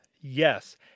Yes